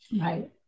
Right